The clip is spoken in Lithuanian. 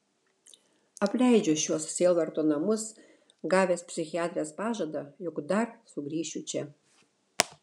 apleidžiu šiuos sielvarto namus gavęs psichiatrės pažadą jog dar sugrįšiu čia